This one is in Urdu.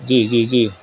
جی جی جی